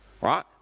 right